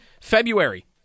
February